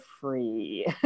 free